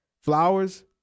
flowers